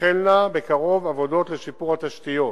תתחלנה בקרוב עבודות לשיפור התשתיות,